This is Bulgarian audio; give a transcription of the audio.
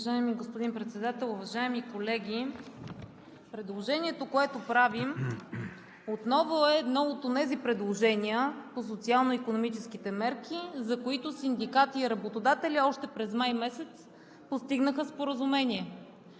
Уважаеми господин Председател, уважаеми колеги! Предложението, което правим, отново е от онези предложения по социално-икономическите мерки, за които синдикати и работодатели още през май месец постигнаха споразумение.